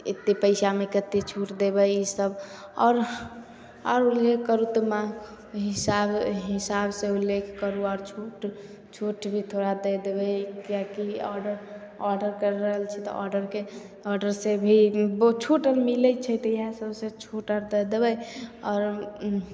एतेक पइसामे कतेक छूट देबै ईसब आओर आओर लेकर ओतेक हिसाब हिसाबसे ओ लेके करू आओर छूट छूट भी थोड़ा दे देबै किएकि ऑडर ऑडर करि रहल छी तऽ ऑडरके ऑडरसे भी बहुत छूट मिलै छै तऽ इएहसबसे छूट आर तऽ देबै आओर